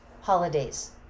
holidays